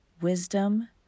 wisdom